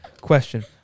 Question